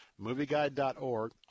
Movieguide.org